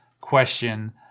question